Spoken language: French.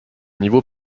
niveau